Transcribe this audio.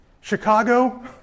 Chicago